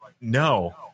no